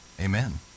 Amen